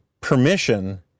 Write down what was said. permission